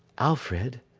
alfred,